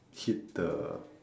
hit the